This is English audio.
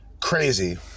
crazy